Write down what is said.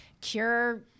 cure